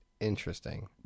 interesting